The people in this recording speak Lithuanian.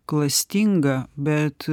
klastinga bet